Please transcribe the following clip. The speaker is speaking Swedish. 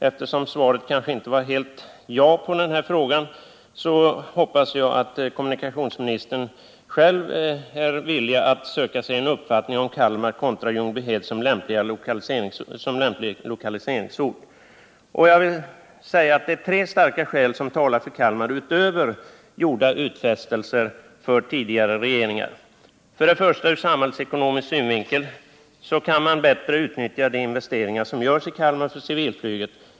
Eftersom svaret kanske inte var ett fullständigt ja på denna fråga, hoppas jag att kommunikationsministern själv är villig att söka bilda sig en uppfattning om Kalmar kontra Ljungbyhed som lämplig lokaliseringsort. Tre starka skäl talar för Kalmar utöver gjorda utfästelser från tidigare regering. 1. Ur samhällsekonomisk synvinkel kan man bättre utnyttja de investeringar som görs i Kalmar för civilflyget.